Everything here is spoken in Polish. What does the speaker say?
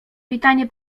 pytanie